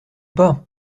pas